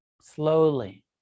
Slowly